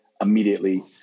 immediately